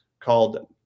called